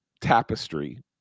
Tapestry